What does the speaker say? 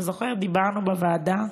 אתה זוכר, דיברנו בוועדה,